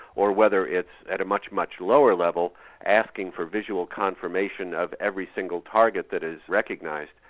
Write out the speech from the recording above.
or whether it's at a much, much lower level asking for visual confirmation of every single target that is recognised.